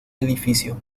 edificio